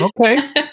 Okay